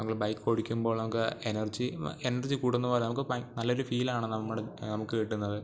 നമ്മൾ ബൈക്ക് ഓടിക്കുമ്പോൾ നമുക്ക് എനർജി എനർജി കൂടുന്നതുപോലെ നമുക്ക് നല്ലൊരു ഫീൽ ആണ് നമ്മൾ നമുക്ക് കിട്ടുന്നത്